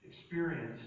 experience